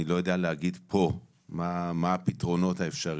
אני לא יודע להגיד פה מה הם הפתרונות האפשריים.